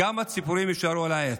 כמה ציפורים יישארו על העץ?